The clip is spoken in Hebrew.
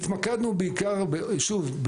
שוב,